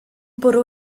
bwrw